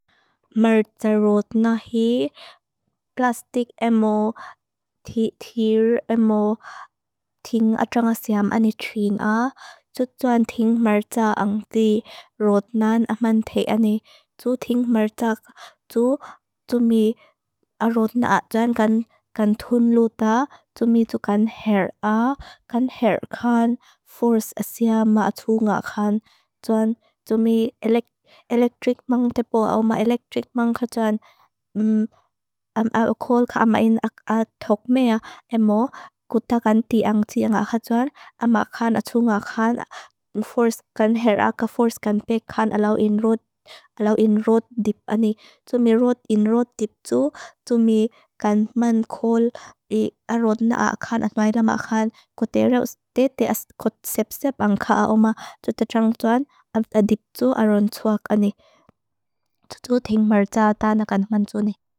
Merja rot nahi plastik emo, ti- tir emo, ting atrang aseam ani tring a. Jut joan ting merja ang ti rot nan. Aman te ani. Jut ting merja tu, tu mi a rot na at. Joan kan tun luta. Tu mi tu kan her a. Kan her kan, force aseam atu nga kan. Joan tu mi ele- elektrik mong te po a oma. Elektrik mong ka joan. Akol ka ama in atok mea emo. Kuta kan ti ang tia nga ka joan. Ama kan atu nga kan. Force kan her a ka force kan pek kan alaw in rot. Alaw in rot dip ani. Tu mi rot in rot dip tu. Tu mi kan man kol a rot na a kan. At maida ma kan. Ko tera uste te as kot sep sep ang ka a oma. Jut e tiong joan. Apta dip tu a ron swak ani. Jut jo ting merja ta na kan aman tu ni.